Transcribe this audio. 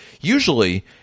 usually